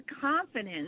confidence